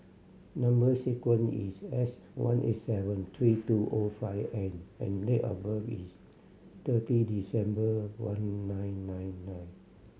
number sequence is S one eight seven three two O five N and date of birth is thirty December one nine nine nine